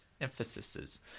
Emphases